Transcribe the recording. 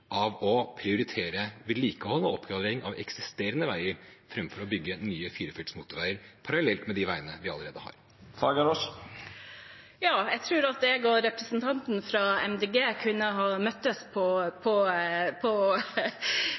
av å prioritere vedlikehold og oppgradering av eksisterende veier framfor å bygge nye firefelts motorveier parallelt med de veiene vi allerede har? Jeg tror at jeg og representanten fra Miljøpartiet De Grønne kunne ha møttes på